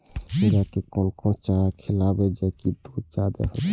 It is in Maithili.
गाय के कोन कोन चारा खिलाबे जा की दूध जादे होते?